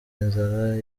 inzara